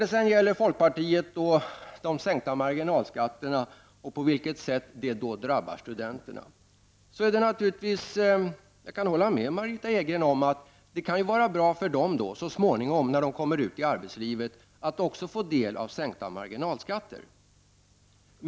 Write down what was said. Beträffande folkpartiet och de sänkta marginalskatterna och på vilket sätt förslaget drabbar studenterna, kan jag hålla med Margitta Edgren om att det kan vara bra för dem så småningom, när de kommer ut i arbetslivet, att också få del av sänkta marginalskatter.